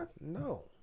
No